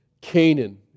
Canaan